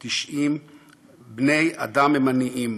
1,712,900 בני-אדם הם עניים,